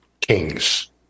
Kings